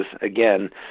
again